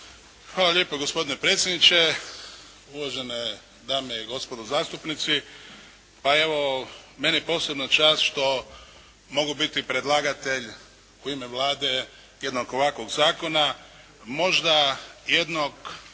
Hvala lijepo gospodine predsjedniče. Uvažene dame i gospodo zastupnici. Evo meni je posebna čast što mogu biti predlagatelj u ime Vlade jednog ovakvog zakona. Možda jednog